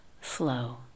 flow